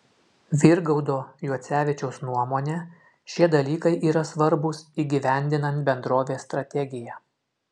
virgaudo juocevičiaus nuomone šie dalykai yra svarbūs įgyvendinant bendrovės strategiją